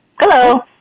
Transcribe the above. Hello